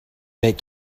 make